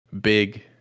big